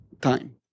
time